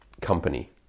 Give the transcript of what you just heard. company